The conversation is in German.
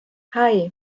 hei